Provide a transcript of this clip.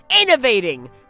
innovating